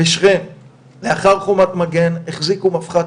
בשכם לאחר חומת מגן החזיקו מפח"ט